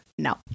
no